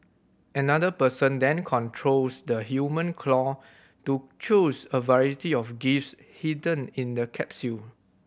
another person then controls the human claw to choose a variety of gifts hidden in the capsule